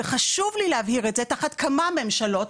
וחשוב לי להבהיר את זה - תחת כמה ממשלות,